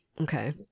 Okay